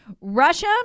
Russia